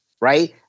right